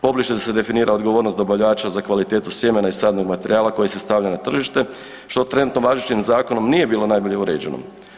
Pobliže se definira odgovornost dobavljača za kvalitetu sjemena i sadnog materijala koji se stavlja na tržište, što trenutno važećim zakonom nije bilo najbolje uređeno.